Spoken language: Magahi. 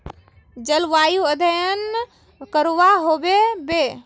जलवायु अध्यन करवा होबे बे?